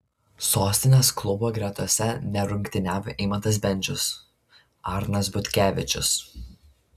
sostinės klubo gretose nerungtyniavo eimantas bendžius arnas butkevičius